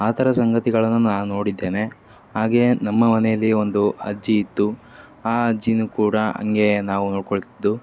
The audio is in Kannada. ಆ ಥರ ಸಂಗತಿಗಳನ್ನು ನಾನು ನೋಡಿದ್ದೇನೆ ಹಾಗೆಯೇ ನಮ್ಮ ಮನೆಯಲ್ಲಿ ಒಂದು ಅಜ್ಜಿ ಇತ್ತು ಆ ಅಜ್ಜಿನೂ ಕೂಡ ಹಂಗೇ ನಾವು ನೋಡ್ಕೊಳ್ತಿದ್ದೆವು